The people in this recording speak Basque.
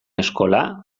eskola